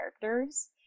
characters